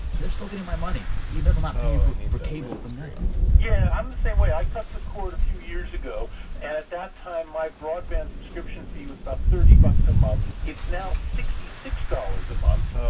they're still getting my money, even if i'm not paying for for cable from them yeah. i'm the same way. i cut the cord a few years ago. and at that time, my broadband subscription fee was about thirty bucks a month. it's now sixty six dollars a month.